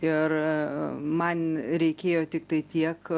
ir man reikėjo tiktai tiek